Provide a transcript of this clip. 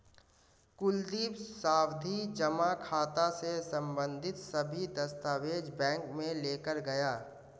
कुलदीप सावधि जमा खाता से संबंधित सभी दस्तावेज बैंक में लेकर गया